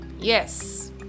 Yes